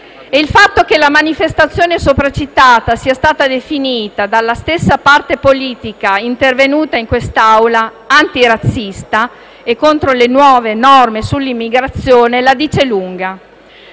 Il fatto che la manifestazione sopracitata sia stata definita dalla stessa parte politica intervenuta in quest'Assemblea antirazzista e contro le nuove norme sull'immigrazione la dice lunga.